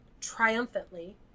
triumphantly